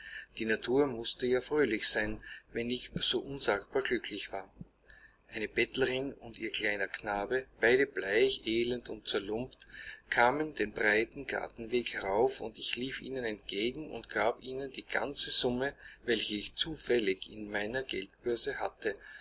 die natur mußte ja fröhlich sein wenn ich so unsagbar glücklich war eine bettlerin und ihr kleiner knabe beide bleich elend und zerlumpt kamen den breiten gartenweg herauf und ich lief ihnen entgegen und gab ihnen die ganze summe welche ich zufällig in meiner geldbörse hatte